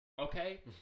okay